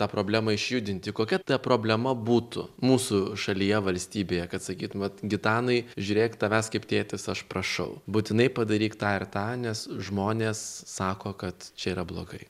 tą problemą išjudinti kokia ta problema būtų mūsų šalyje valstybėje kad sakyt vat gitanai žiūrėk tavęs kaip tėtis aš prašau būtinai padaryk tą ir tą nes žmonės sako kad čia yra blogai